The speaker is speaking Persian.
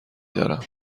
دارم